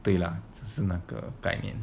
对了就是那个概念